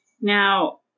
now